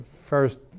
first